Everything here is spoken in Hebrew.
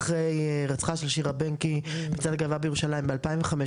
לאחר הירצחה של שירה בנקי במצעד הגאווה בירושלים בשנת 2015,